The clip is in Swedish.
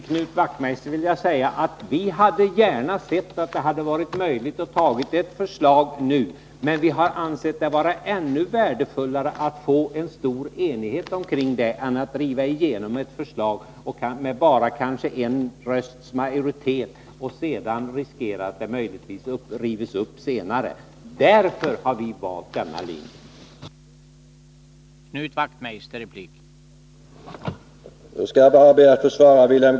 Herr talman! Vi hade gärna sett att det hade varit möjligt att ett förslag hade kunnat antas nu. Men vi har ansett det värdefullare att få en stor enighet kring ett sådant förslag än att driva igenom det med kanske bara en rösts majoritet och sedan riskera att det rivs upp senare. Därför har vi valt den linje som jag här redovisat.